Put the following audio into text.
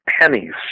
pennies